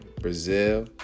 Brazil